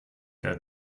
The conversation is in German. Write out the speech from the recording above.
der